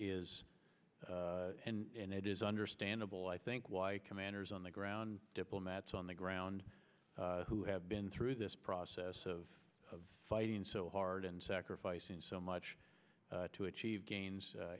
is and it is understandable i think why commanders on the ground diplomats on the ground who have been through this process of of fighting so hard and sacrificing so much to achieve gains